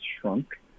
shrunk